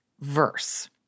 verse